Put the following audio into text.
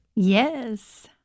Yes